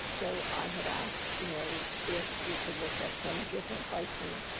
so i had asked you know if we could look at some different pricing,